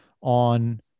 on